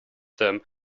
them